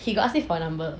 he got ask for your number